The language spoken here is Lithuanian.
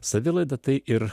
savilaida tai ir